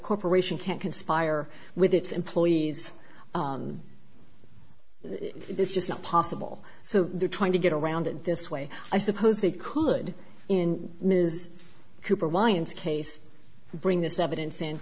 corporation can't conspire with its employees it's just not possible so they're trying to get around it this way i suppose it could in ms cooper winds case bring this evidence